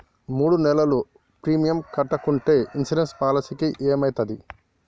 మూడు నెలలు ప్రీమియం కట్టకుంటే ఇన్సూరెన్స్ పాలసీకి ఏమైతది?